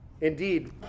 Indeed